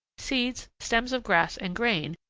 seeds, stems of grass and grain,